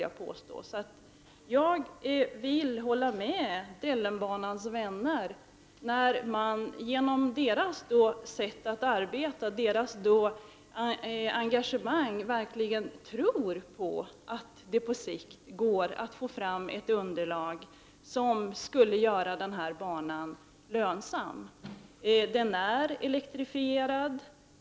Jag är således benägen att hålla med Dellenbanans vänner. Genom sitt arbete och sitt engagemang visar man att det är möjligt att på sikt få fram ett underlag som visar att banan är lönsam. Banan är ju elektrifierad.